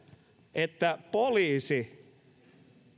että poliisi